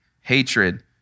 hatred